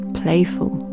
playful